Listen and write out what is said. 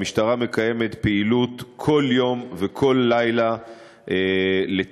המשטרה מקיימת פעילות כל יום וכל לילה לתפיסת